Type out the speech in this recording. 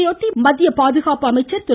இதையொட்டி மத்திய பாதுகாப்புத்துறை அமைச்சர் திரு